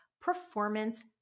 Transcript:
Performance